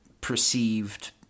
perceived